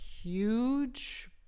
huge